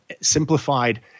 simplified